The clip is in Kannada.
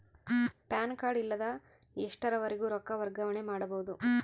ಪ್ಯಾನ್ ಕಾರ್ಡ್ ಇಲ್ಲದ ಎಷ್ಟರವರೆಗೂ ರೊಕ್ಕ ವರ್ಗಾವಣೆ ಮಾಡಬಹುದು?